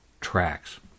Tracks